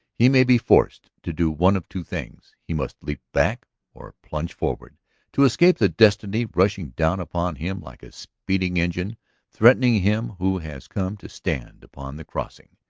he may be forced to do one of two things he must leap back or plunge forward to escape the destiny rushing down upon him like a speeding engine threatening him who has come to stand upon the crossing.